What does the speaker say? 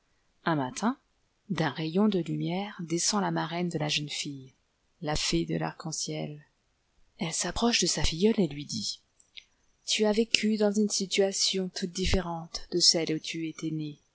un malin d'un rayon de lumière descend îa muituine de la jeune tille la lée do l'arc-en-ciel iiile s upprociie de sa iilieule et lui dit tu as vécu dans une situation toute difïérenle de celle où tu étais née